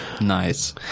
Nice